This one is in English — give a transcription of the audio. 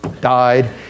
died